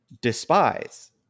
despise